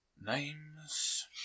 Names